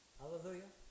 hallelujah